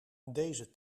deze